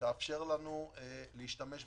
תאפשר לנו להשתמש בתקציב.